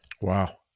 Wow